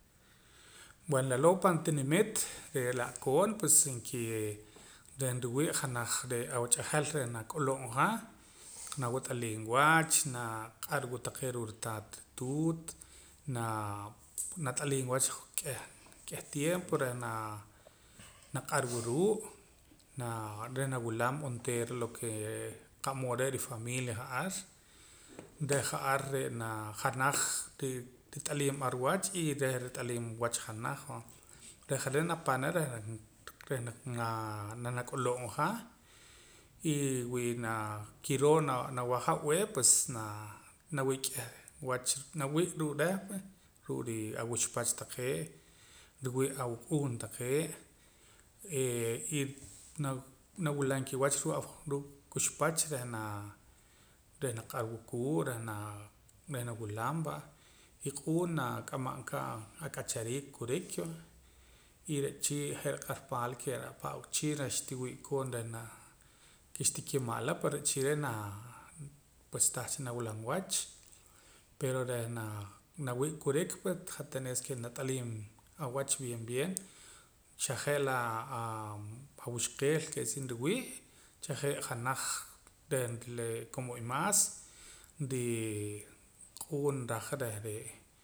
Bueno laloo' pan qatinimiit re' la'koon pues nkii reh nriiwii' janaj awach'ajal reh nak'ulub'ja nawat'aliim wach naq'ar wa taqee' ruu' ritaat rituut naa nat'aliim wach k'eh tiempo reh naa naq'arwa ruu' naa reh nawulam onteera la ke qa'mood rifamilia ja'ar reh ja'ar janaj ri rit'aliim ar wach y reh rit'aliim wach janaj ar va reh ja're' napana reh naa nak'ulub' ja y wii naa kiroo naja ab'eeh pues nawii k'ih wach nawii' ruu' reh pue ruu' ri awuxpach taqee' riwii' awuk'uun taqee' eeh y na nawilam kiwach taqee' ruu' quxpach reh naa reh naq'arwa kuuk reh naa reh nawilam va y q'uun nak'amam ka ak'achariik kurik va y re' je'chii je' riq'ar paala ke reh ahpa chii' xtiwi'koon reh na keh xtikima'la pero re'chii reh naa pues tahcha nawilam wach pero reh naa nawii' kurik pue hat tenes ke nat'aliim awach bien bieen xa je' laa awuxqeel quiere decir nriwii' chaje' janaj reh re como imaas rii q'uun raja re'ee